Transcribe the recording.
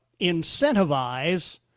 incentivize